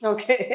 Okay